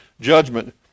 judgment